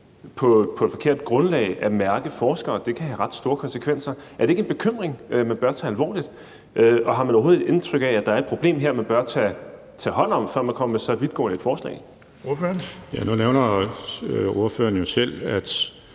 på et forkert grundlag, kan have ret store konsekvenser. Er det ikke en bekymring, man bør tage alvorligt? Og har man overhovedet indtryk af, at der er et problem her, som man bør tage hånd om, før man kommer med så vidtgående et forslag? Kl. 12:31 Den fg. formand